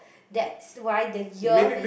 that's why the earpiece